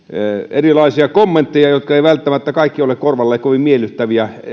erilaisia kommentteja jotka eivät välttämättä kaikki ole korvalle kovin miellyttäviä